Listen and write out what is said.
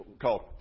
called